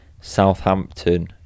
Southampton